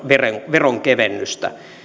veronkevennystä